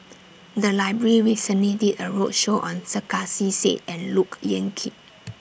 The Library recently did A roadshow on Sarkasi Said and Look Yan Kit